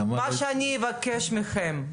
מה שאני אבקש מכם,